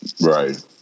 Right